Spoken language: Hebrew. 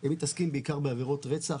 הם מתעסקים בעיקר בעבירות רצח,